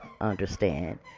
understand